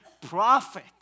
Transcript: profit